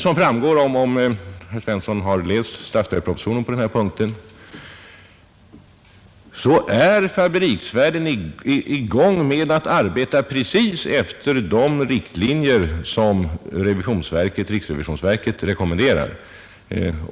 Som framgår av statsverkspropositionen — om herr Svensson har läst den på den här punkten — är fabriksverken i gång med ett arbete precis efter de riktlinjer som riksrevisionsverket rekommenderar.